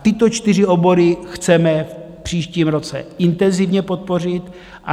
Tyto čtyři obory chceme v příštím roce intenzivně podpořit.